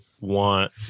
want